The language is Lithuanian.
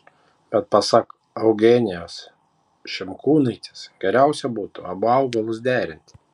bet pasak eugenijos šimkūnaitės geriausia būtų abu augalus derinti